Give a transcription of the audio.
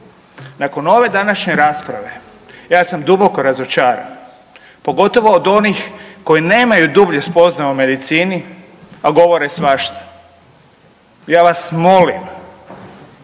Nakon ove današnje rasprave ja sam duboko razočaran, pogotovo od onih koje nemaju dublje spoznaje o medicini, a govore svašta. Ja vas molim,